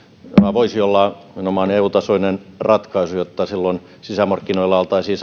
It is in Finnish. voisi olla nimenomaan eu tasoinen ratkaisu jotta silloin sisämarkkinoilla oltaisiin